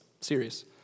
series